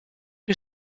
que